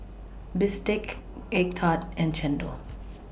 Bistake Egg Tart and Chendol